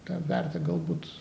tą vertę galbūt